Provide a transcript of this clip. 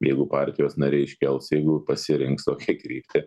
jeigu partijos nariai iškels jeigu pasirinks tokią kryptį